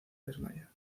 desmaya